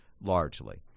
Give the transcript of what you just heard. largely